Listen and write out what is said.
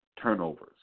turnovers